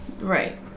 Right